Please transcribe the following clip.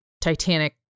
titanic